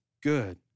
good